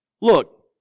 Look